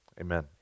Amen